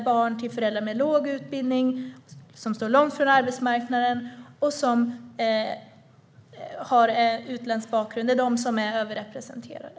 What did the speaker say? Barn till föräldrar med låg utbildning som står långt från arbetsmarknaden och som har utländsk bakgrund - det är de som är överrepresenterade.